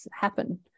happen